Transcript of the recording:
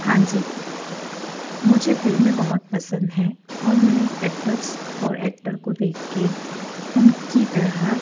हाँ जी मुझे फिल्में बहुत पंसद हैं और मैं एक्टर्स और एक्टर को देख के उनकी तरह